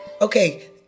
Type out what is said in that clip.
Okay